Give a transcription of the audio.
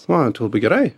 a tai labai gerai